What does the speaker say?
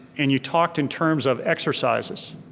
and you talked in terms of exercises.